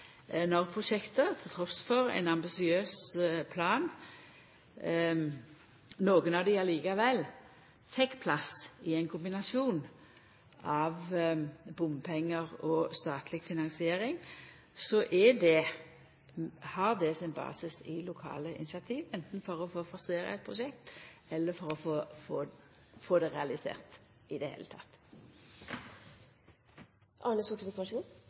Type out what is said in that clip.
Når nokon av prosjekta, trass i ein ambisiøs plan, likevel fekk plass i ein kombinasjon av bompengar og statleg finansiering, har det basis i lokale initiativ, anten for å forsera eit prosjekt eller for i det heile å få det realisert. Og det